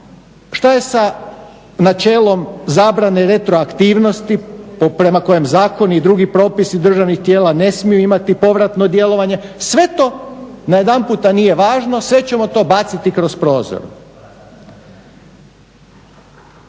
Što je sa načelom zabrane retroaktivnosti prema kojem zakon i drugi propisi državnih tijela ne smiju imati povratno djelovanje? Sve to najedanput nije važno, sve ćemo to baciti kroz prozor.